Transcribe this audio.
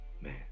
Man